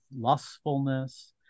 lustfulness